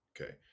Okay